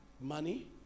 money